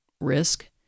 risk